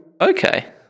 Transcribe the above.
Okay